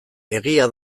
egia